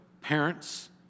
parents